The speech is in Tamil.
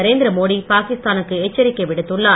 நரேந்திர மோடி பாகிஸ்தா னுக்கு எச்சரிக்கை விடுத்துள்ளார்